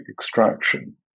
extraction